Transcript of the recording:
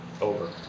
over